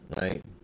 right